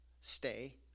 Stay